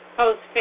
post